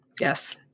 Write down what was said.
yes